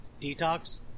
detox